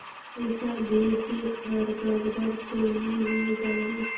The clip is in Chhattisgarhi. पइसा भेजेक हर गड़बड़ तो नि होए जाही?